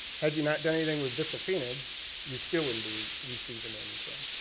had you not done anything with voestalpine, ah you still wouldn't be receiving anything.